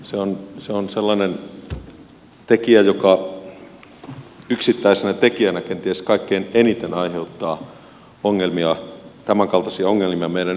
se on sellainen tekijä joka yksittäisenä tekijänä kenties kaikkein eniten aiheuttaa tämänkaltaisia ongelmia meidän yhteiskunnassamme